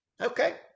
okay